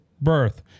birth